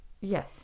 Yes